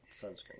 sunscreen